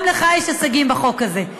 גם לך יש הישגים בחוק הזה.